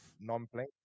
non-playing